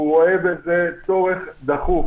הוא רואה בזה צורך דחוף.